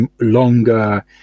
longer